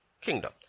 kingdom